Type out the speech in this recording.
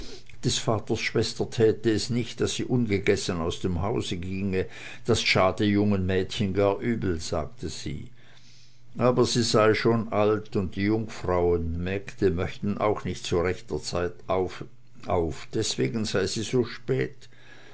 des vaters schwester täte es nicht daß sie ungegessen aus dem hause ginge das schade jungen mädchen gar übel sage sie aber sie sei schon alt und die jungfrauen mägde möchten auch nicht zu rechter zeit auf deswegen sei sie so spät